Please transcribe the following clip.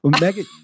Megan